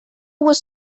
was